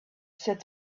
said